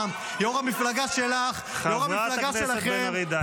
חברת הכנסת מירב בן ארי, קריאה ראשונה, די.